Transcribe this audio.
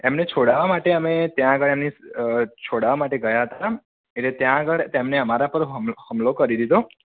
એમને છોડાવવા માટે અમે ત્યાં આગળ એમની અ છોડાવવા માટે ગયા હતા એટલે ત્યાં આગળ તેમણે અમારા પર હમ હુમલો કરી દીધો